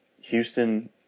Houston